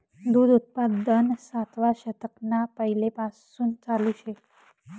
दूध उत्पादन सातवा शतकना पैलेपासून चालू शे